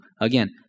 again